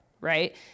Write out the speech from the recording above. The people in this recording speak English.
right